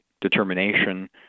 determination